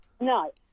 No